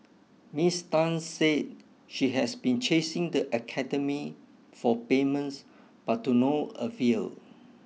Ms Tan said she has been chasing the academy for payments but to no avail